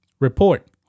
Report